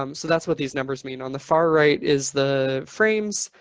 um so that's what these numbers mean on the far right is the frames,